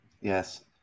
yes